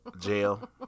Jail